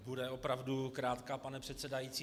Bude opravdu krátká, pane předsedající.